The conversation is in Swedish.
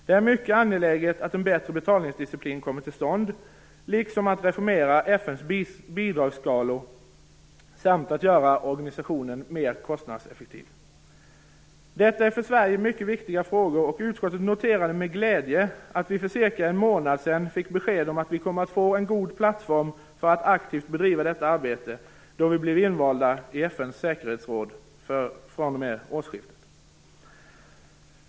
Det är mycket angeläget att en bättre betalningsdiciplin kommer till stånd, liksom att reformera FN:s bidragsskalor samt att göra organisationen mer kostnadseffektiv. Detta är för Sverige mycket viktiga frågor, och utskottet noterade med glädje att vi för ca en månad sedan fick en god plattform att aktivt bedriva detta arbete då vi blev invalda i FN:s säkerhetsråd fr.o.m. årsskiftet.